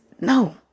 no